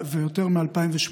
ויותר מ-2018,